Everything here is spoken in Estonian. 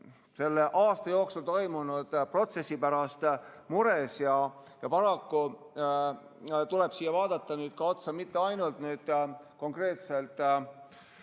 selle aasta jooksul toimunud protsessi pärast mures. Paraku tuleb siin vaadata otsa mitte ainult konkreetselt